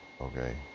okay